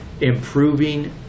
improving